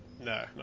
No